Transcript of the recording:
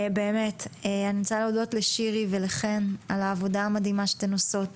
אני רוצה להודות לשירי ולחן על העבודה המדהימה שהן עושות